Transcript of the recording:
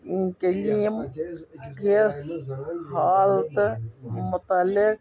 ٲں کٕلیم کِس حالتَس متعلق